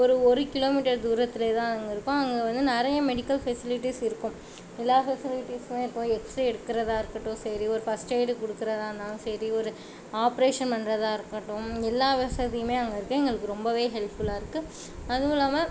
ஒரு ஒரு கிலோமீட்டர் தூரத்திலேதான் அங்கே இருக்கும் அங்கே வந்து நிறையா மெடிக்கல் ஃபெசிலிட்டிஸ் இருக்கும் எல்லா ஃபெசிலிட்டிஸுமே இருக்கும் எக்ஸ்ரே எடுக்கிறதா இருக்கட்டும் சரி ஒரு ஃபர்ஸ்ட் எய்ட் கொடுக்கறதா இருந்தாலும் சரி ஒரு ஆப்ரேஷன் பண்ணுறதா இருக்கட்டும் எல்லா வசதியுமே அங்கே இருக்குது எங்களுக்கு ரொம்பவே ஹெல்ப்ஃபுல்லாக இருக்குது அதுவும் இல்லாமல்